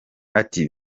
ati